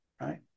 right